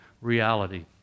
reality